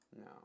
No